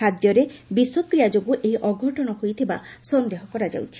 ଖାଦ୍ୟରେ ବିଷକ୍ରିୟା ଯୋଗୁଁ ଏହି ଅଘଟଣ ହୋଇଥିବା ସନ୍ଦେହ କରାଯାଉଛି